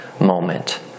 Moment